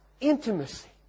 intimacy